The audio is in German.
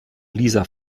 lisa